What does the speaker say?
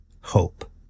hope